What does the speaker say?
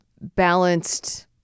balanced